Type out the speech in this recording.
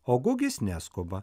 o gugis neskuba